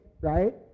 Right